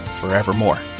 forevermore